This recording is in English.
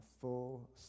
full